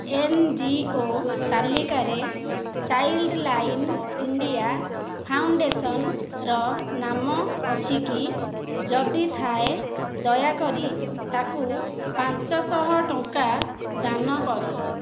NGO ତାଲିକାରେ Childline India ଫାଉଣ୍ଡେସନ୍ର ନାମ ଅଛିକି ଯଦି ଥାଏ ଦୟାକରି ତାକୁ ପାଞ୍ଚଶହ ଟଙ୍କା ଦାନ କର